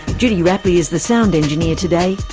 judy rapley is the sound engineer today.